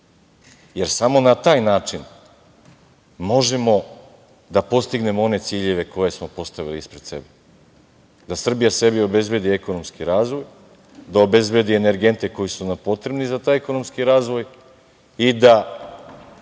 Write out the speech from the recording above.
jer samo na taj način, možemo da postignemo one ciljeve koje smo postavili ispred sebe, da Srbija sebi obezbedi ekonomski razvoj, da obezbedi energente koji su nam potrebni za taj ekonomski razvoj i da